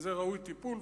וזה ראוי לטיפול,